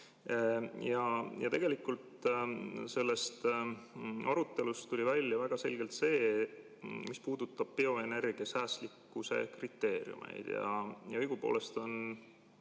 Ja tegelikult sellest arutelust tuli välja väga selgelt see, mis puudutab bioenergia säästlikkuse kriteeriume. Õigupoolest on